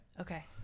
Okay